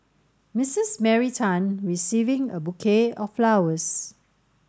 Missus Mary Tan receiving a bouquet of flowers